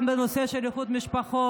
גם בנושא של איחוד משפחות,